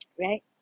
Right